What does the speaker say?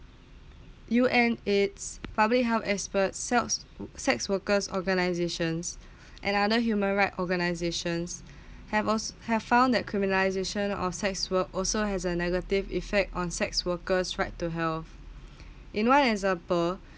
U_N aids public health expert sel~ sex workers organisations and other human right organisations have als~ have found that criminalisation of sex work also has a negative effect on sex worker's right to help in one example